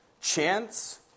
chance